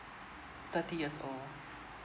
thirty years old